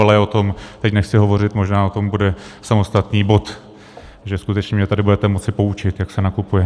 Ale o tom teď nechci hovořit, možná o tom bude samostatný bod, takže skutečně mě tady budete moci poučit, jak se nakupuje.